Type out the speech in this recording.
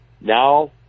Now